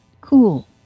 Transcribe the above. cool